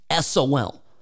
SOL